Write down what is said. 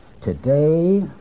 today